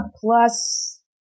plus